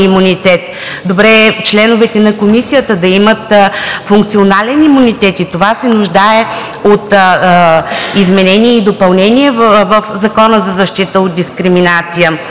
Добре е членовете на Комисията да имат функционален имунитет. Това се нуждае от изменение и допълнение в Закона за защита от дискриминация.